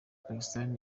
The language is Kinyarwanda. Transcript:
pakistan